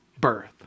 birth